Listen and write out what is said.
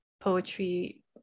poetry